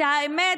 האמת,